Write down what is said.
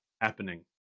happening